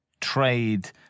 trade